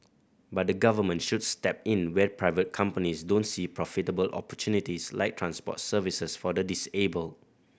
but the Government should step in where private companies don't see profitable opportunities like transport services for the disabled